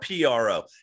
PRO